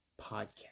Podcast